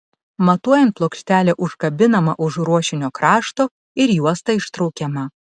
matuojant plokštelė užkabinama už ruošinio krašto ir juosta ištraukiama